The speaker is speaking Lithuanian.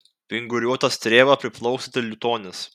vinguriuota strėva priplauksite liutonis